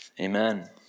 Amen